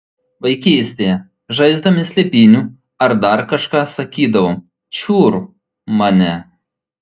vaikystėje žaisdami slėpynių ar dar kažką sakydavom čiur mane